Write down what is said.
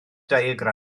diagram